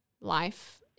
life